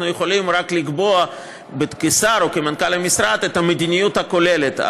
אנחנו יכולים רק לקבוע כשר או כמנכ"ל המשרד את המדיניות הכוללת,